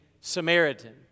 Samaritan